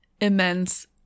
immense